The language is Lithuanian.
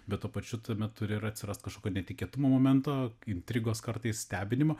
bet tuo pačiu tame turi ir atsirast kažkokio netikėtumo momento intrigos kartais stebinimo